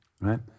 right